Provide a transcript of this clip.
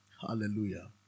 Hallelujah